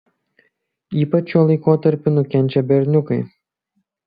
ypač šiuo laikotarpiu nukenčia berniukai